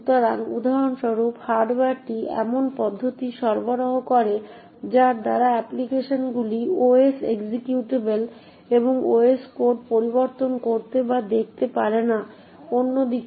সুতরাং উদাহরণস্বরূপ হার্ডওয়্যারটি এমন পদ্ধতি সরবরাহ করে যার দ্বারা অ্যাপ্লিকেশনগুলি OS এক্সিকিউটেবল এবং OS কোড পরিবর্তন করতে বা দেখতে পারে না অন্যদিকে